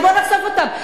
אז בואו נחשוף אותם.